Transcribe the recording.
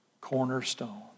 cornerstone